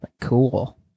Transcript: Cool